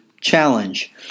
challenge